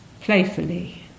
playfully